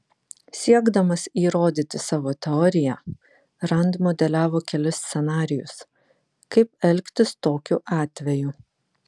siekdamas įrodyti savo teoriją rand modeliavo kelis scenarijus kaip elgtis tokiu atveju